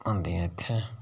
होन्दियां इत्थे